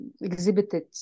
exhibited